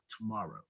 tomorrow